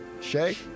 Shay